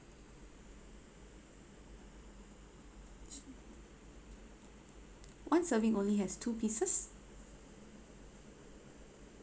one serving only has two pieces